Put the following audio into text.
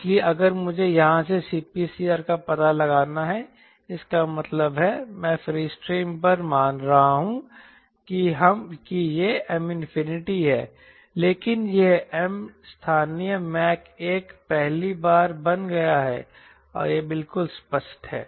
इसलिए अगर मुझे यहां से CPCR का पता लगाना है इसका मतलब है मैं फ्रीस्ट्रीम पर मान रहा हूँ कि यह M है लेकिन यह M स्थानीय मैक 1 पहली बार बन गया है यह बिल्कुल स्पष्ट है